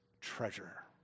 treasure